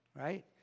Right